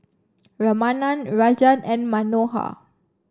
Ramanand Rajan and Manohar